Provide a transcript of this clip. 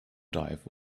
dive